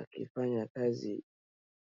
akifanya kazi.